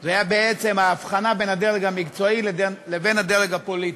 היה בעצם ההבחנה בין הדרג המקצועי לבין הדרג הפוליטי.